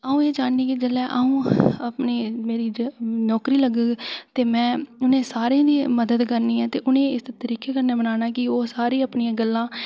अ'ऊं एह् चाह्न्नी जेल्लै मेरी नोकरी लग्गै ते उ'नें सारें दी मदद करनी ऐ में उ'नेंगी इस तरीके कन्नै मनाना ऐ के ओह् अपनियां सारियां गल्लां मिगी